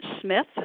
smith